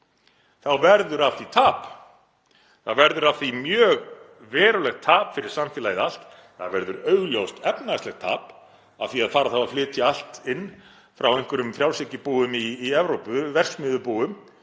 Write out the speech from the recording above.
þá verður af því tap. Það verður af því mjög verulegt tap fyrir samfélagið allt. Það verður augljóst efnahagslegt tap af því að fara þá að flytja allt inn frá einhverjum frjálshyggjubúum í Evrópu, verksmiðjubúum